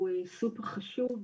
הוא סופר חשוב.